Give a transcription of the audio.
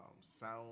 sound